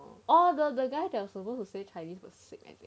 oh no the guy that was supposed to say chinese is sick I think